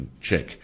check